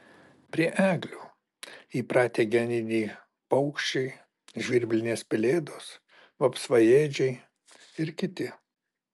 prie eglių įpratę geniniai paukščiai žvirblinės pelėdos vapsvaėdžiai ir kiti